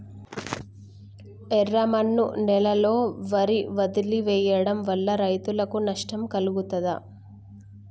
ఎర్రమన్ను నేలలో వరి వదిలివేయడం వల్ల రైతులకు నష్టం కలుగుతదా?